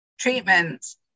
treatments